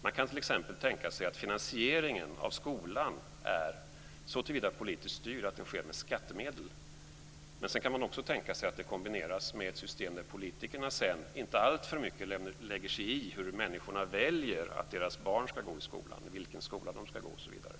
Man kan t.ex. tänka sig att finansieringen av skolan är såtillvida politiskt styrd att den sker med skattemedel. Sedan kan den kombineras med ett system där politikerna inte alltför mycket lägger sig i var människorna väljer att deras barn ska gå i skolan, osv.